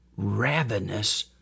ravenous